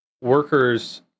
workers